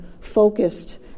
focused